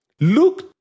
look